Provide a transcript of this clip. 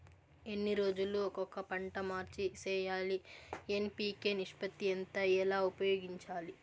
ఎన్ని రోజులు కొక పంట మార్చి సేయాలి ఎన్.పి.కె నిష్పత్తి ఎంత ఎలా ఉపయోగించాలి?